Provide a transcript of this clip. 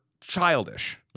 childish